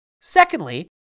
Secondly